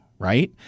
Right